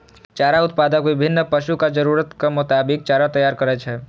चारा उत्पादक विभिन्न पशुक जरूरतक मोताबिक चारा तैयार करै छै